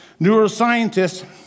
Neuroscientists